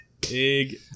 Big